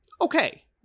okay